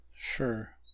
Sure